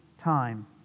time